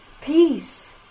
peace